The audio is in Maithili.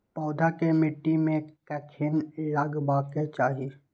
पौधा के मिट्टी में कखेन लगबाके चाहि?